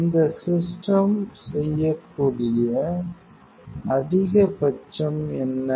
2455 இந்த சிஸ்டம் செய்யக்கூடிய அதிகபட்சம் என்ன